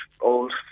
old